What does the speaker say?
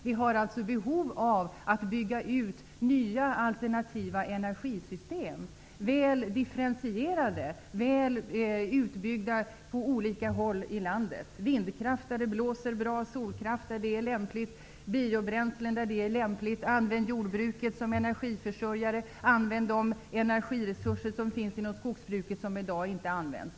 Vi har därför behov av att bygga ut nya, alternativa energisystem, väl differentierade och väl utbyggda på olika håll i landet: vindkraft där det blåser bra, solkraft och biobränslen där det är lämpligt. Vi skall använda jordbruket som energiförsörjare, och vi skall utnyttja de energiresurser inom skogsbruket som i dag inte tas till vara.